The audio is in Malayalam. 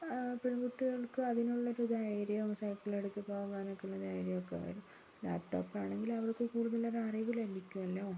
പെൺകുട്ടികൾക്ക് അതിനുള്ളൊരു ധൈര്യവും സൈക്കിളെടുത്ത് പോകുവാനൊക്കെയുള്ള ധൈര്യമൊക്കെ വരും ലാപ്ടോപ്പാണെങ്കിൽ അവർക്ക് കൂടുതലൊരറിവ് ലഭിക്കുമല്ലോ